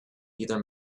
either